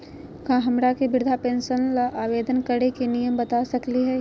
का हमरा के वृद्धा पेंसन ल आवेदन करे के नियम बता सकली हई?